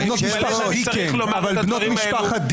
אני מתפלא שאני צריך לומר את הדברים האלו.